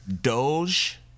Doge